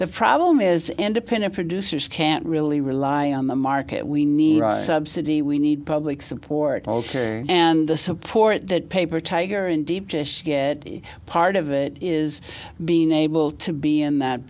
the problem is independent producers can't really rely on the market we need city we need public support and the support that paper tiger and deep dish part of it is being able to be in that